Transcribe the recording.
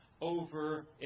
over